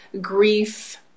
grief